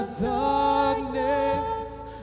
Darkness